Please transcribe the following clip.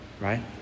Right